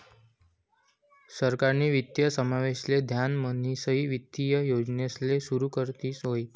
सरकारनी वित्तीय समावेशन ले ध्यान म्हणीसनी वित्तीय योजनासले सुरू करी व्हती